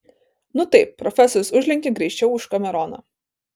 nu taip profesorius užlenkė griežčiau už kameroną